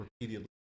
repeatedly